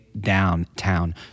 downtown